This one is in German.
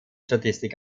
statistik